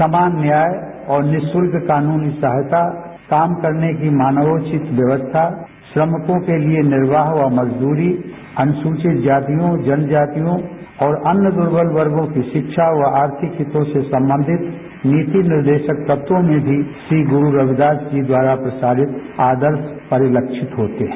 समान न्याय और निरूशुल्क कानूनी सहायता काम करने की मानवोचित व्यवस्था श्रमिकों के लिए निर्वाह व मजदूरी अनुसूचित जातियों और जनजातियों और अन्य दुर्बल वर्गों की शिक्षा व आर्थिक हितों से संबंधित नीति निर्देशक तत्वों में भी श्री गुरू रविदास जी द्वारा प्रसारित आदर्श परिलक्षित होते है